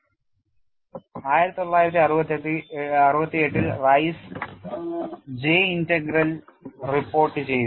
1968 ൽ Rice J integral report ചെയ്തു